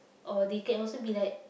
or they can also be like